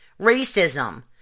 racism